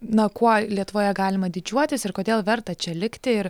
na kuo lietuvoje galima didžiuotis ir kodėl verta čia likti ir